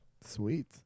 Sweet